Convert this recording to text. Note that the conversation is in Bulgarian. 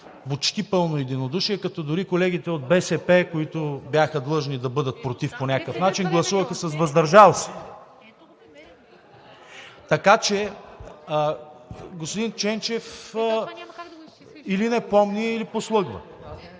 с почти пълно единодушие, като дори колегите от БСП, които бяха длъжни да бъдат против по някакъв начин, гласуваха с „въздържал се“. Така че господин Ченчев или не помни, или послъгва.